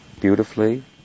beautifully